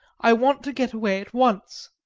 i want to get away at once.